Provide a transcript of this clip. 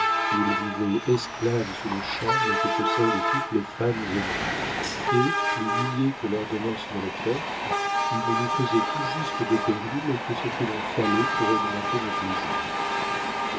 ils vivaient esclaves sous le charme que possèdent toutes les femmes aimantes et plus niais que l'ordonnance ne le porte ils ne nous faisaient tout juste de péril que ce qu'il en fallait pour augmenter nos plaisirs